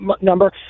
number